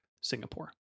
Singapore